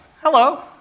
Hello